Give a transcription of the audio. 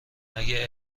اگه